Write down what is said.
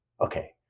Okay